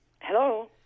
Hello